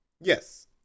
Yes